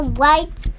white